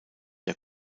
der